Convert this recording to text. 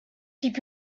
keep